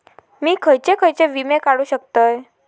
मी खयचे खयचे विमे काढू शकतय?